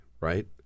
right